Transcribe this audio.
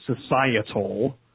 societal